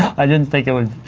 i didn't think it would.